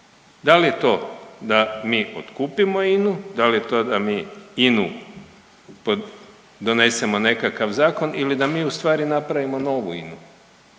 da li je to da mi otkupimo INA-u, da li je to da mi INA-u donesemo nekakav zakon ili da mi ustvari napravimo novu